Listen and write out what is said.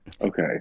okay